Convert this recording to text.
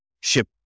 ship